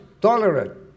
tolerant